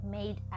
made